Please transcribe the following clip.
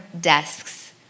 desks